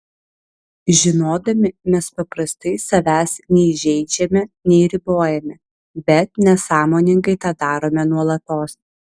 žinodami mes paprastai savęs nei žeidžiame nei ribojame bet nesąmoningai tą darome nuolatos